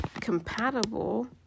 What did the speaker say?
compatible